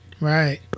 Right